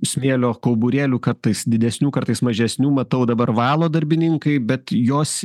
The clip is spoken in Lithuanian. smėlio kauburėlių kartais didesnių kartais mažesnių matau dabar valo darbininkai bet jos